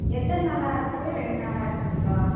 எத்தனை நாளாகருக்கு ரெண்டு நாளாயிருக்குங்களா